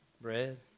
bread